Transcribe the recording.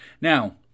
Now